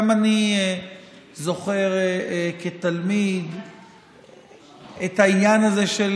גם אני זוכר כתלמיד את העניין הזה של